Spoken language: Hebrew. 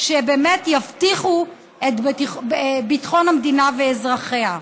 שבאמת יבטיחו את ביטחון המדינה ואזרחיה.